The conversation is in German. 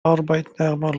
arbeitnehmer